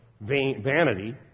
vanity